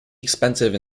expensive